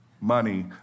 money